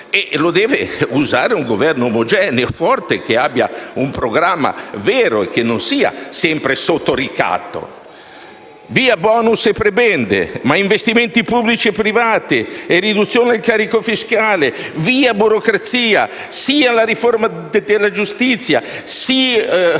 E che deve usare un Governo omogeneo e forte, che abbia un programma vero e che non sia sempre sotto ricatto. Via *bonus* e prebende, ma investimenti pubblici e privati e riduzione del carico fiscale; via burocrazia, sì alla riforma della giustizia; sì,